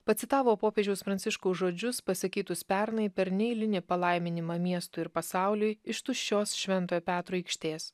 pacitavo popiežiaus pranciškaus žodžius pasakytus pernai per neeilinį palaiminimą miestui ir pasauliui iš tuščios šventojo petro aikštės